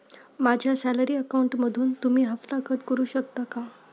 माझ्या सॅलरी अकाउंटमधून तुम्ही हफ्ता कट करू शकता का?